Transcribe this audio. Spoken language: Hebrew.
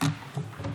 תודה רבה.